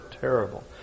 terrible